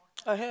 I have